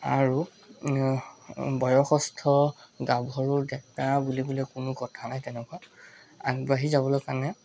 আৰু বয়সস্থ গাভৰু ডেকা বুলিবলৈ কোনো কথা নাই তেনেকুৱা আগবাঢ়ি যাবলৈ কাৰণে